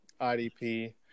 IDP